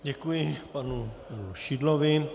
Děkuji panu Šidlovi.